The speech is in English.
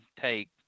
take